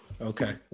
Okay